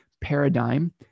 paradigm